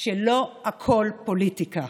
שלא הכול פוליטיקה.